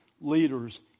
leaders